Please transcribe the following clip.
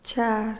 चार